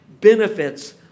benefits